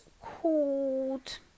called